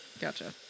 Gotcha